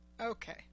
Okay